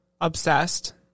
obsessed